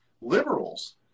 liberals